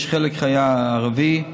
חלק היה ערבי.